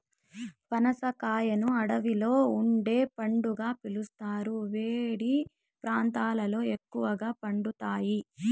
పనస కాయను అడవిలో పండే పండుగా పిలుస్తారు, వేడి ప్రాంతాలలో ఎక్కువగా పండుతాయి